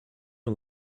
you